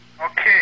Okay